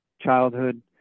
childhood